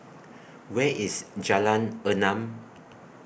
Where IS Jalan Enam